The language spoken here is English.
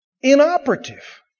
inoperative